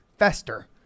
fester